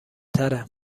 تره